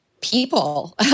people